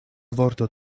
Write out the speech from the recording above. vorto